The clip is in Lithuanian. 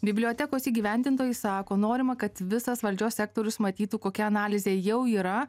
bibliotekos įgyvendintojai sako norima kad visas valdžios sektorius matytų kokia analizė jau yra